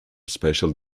special